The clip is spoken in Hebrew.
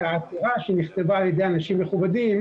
שהעתירה שנכתבה על ידי אנשים מכובדים